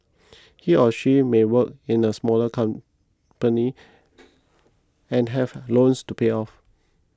he or she may work in a smaller company and have loans to pay off